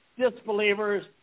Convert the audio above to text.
disbelievers